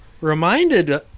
reminded